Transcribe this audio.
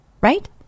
right